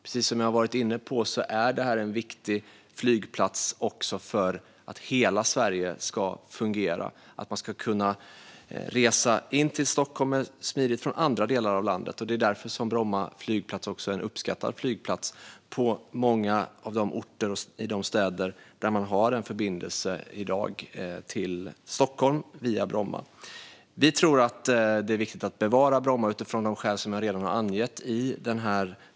Precis som jag varit inne på är detta en viktig flygplats för att hela Sverige ska fungera, för att man ska kunna resa smidigt in till Stockholm från andra delar av landet. Det är därför Bromma flygplats är en uppskattad flygplats på många av de orter och i de städer där man i dag har förbindelse till Stockholm via Bromma. Vi tror att det är viktigt att bevara Bromma utifrån de skäl jag redan har angett i debatten.